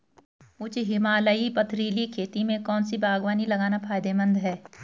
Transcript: उच्च हिमालयी पथरीली खेती में कौन सी बागवानी लगाना फायदेमंद है?